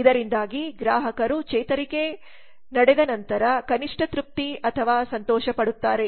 ಇದರಿಂದಾಗಿ ಗ್ರಾಹಕರು ಚೇತರಿಕೆ ನಡೆದ ನಂತರ ಕನಿಷ್ಠ ತೃಪ್ತಿ ಅಥವಾ ಸಂತೋಷಪಡುತ್ತಾರೆ